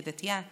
כדתייה,